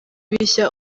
bishya